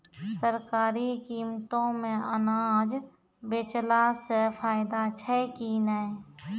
सरकारी कीमतों मे अनाज बेचला से फायदा छै कि नैय?